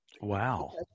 Wow